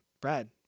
Brad